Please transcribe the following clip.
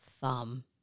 thumb